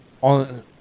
on